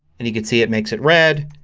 and you can see it makes it red.